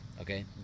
okay